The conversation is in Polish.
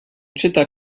czyta